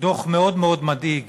דוח מאוד מאוד מדאיג